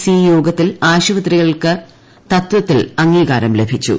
C യോഗത്തിൽ ആശുപത്രികൾക്ക് ത്വത്തിൽ അംഗീകാരം ലഭിച്ചു